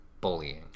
bullying